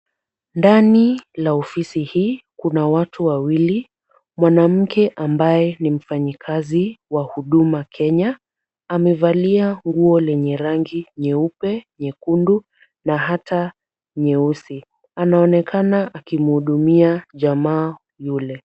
Ndani la ofisi hii kuna watu wawili mwanamke ambaye ni mfanyikazi wa huduma Kenya. Amevalia nguo lenye rangi nyeupe, nyekundu na ata nyeusi. Anaonekana akimhudumia jamaa yule.